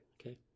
Okay